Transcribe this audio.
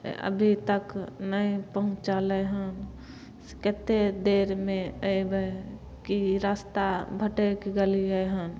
अभी तक नहि पहुँचलै हन से कतेक देरमे अएबै कि रस्ता भटकि गेलिए हन